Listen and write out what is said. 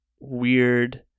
weird